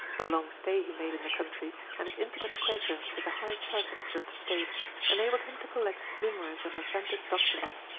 the long stay he made in the country and his intimate acquaintance with the highest personages of the state enabled him to collect numerous and authentic documents.